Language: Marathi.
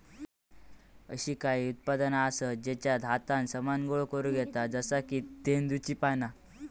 अशी काही उत्पादना आसत जेच्यात हातान सामान गोळा करुक येता जसा की तेंदुची पाना